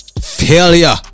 Failure